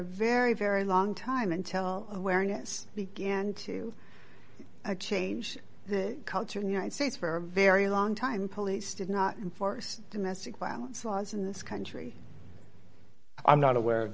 very very long time until awareness began to change the culture in the united states for very long time police did not force domestic violence laws in this country i'm not aware of